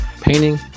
painting